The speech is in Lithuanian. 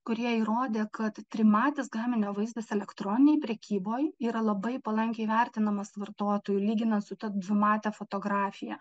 kurie įrodė kad trimatis gaminio vaizdas elektroninėj prekyboj yra labai palankiai vertinamas vartotojų lyginant su ta dvimate fotografija